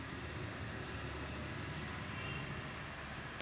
रोटावेटरवर सरकार किती ऑफर देतं?